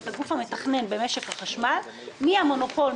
את הגוף המתכנן במשק החשמל מהמונופול,